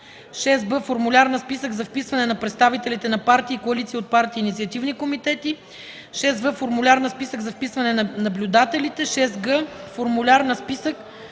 6б. формуляр на списък за вписване на представителите на партии, коалиции от партии и инициативни комитети; 6в. формуляр на списък за вписване на наблюдателите; 6г. формуляр на списък